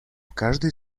каждой